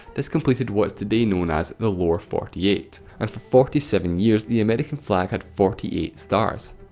this completed what is today known as the lower forty eight. and for forty seven years, the american flag had forty eight stars.